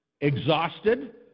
exhausted